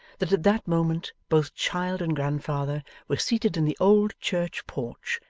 that at that moment both child and grandfather were seated in the old church porch,